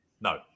No